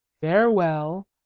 farewell